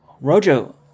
Rojo